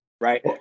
right